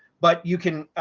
but you can.